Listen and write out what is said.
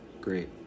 Great